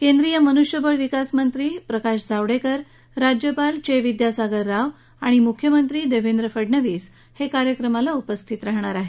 केंद्रीय मनुष्यबळ विकास मंत्री प्रकाश जावडेकर राज्यपाल विद्यासागर राव आणि मुख्यमंत्री देवेंद्र फडणवीसही या कार्यक्रमाला उपस्थित राहणार आहेत